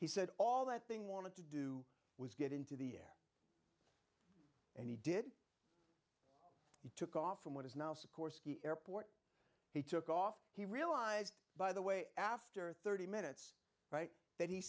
he said all that thing wanted to do was get into the air and he did he took off from what is now sikorsky airport he took off he realized by the way after thirty minutes right that he